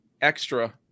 extra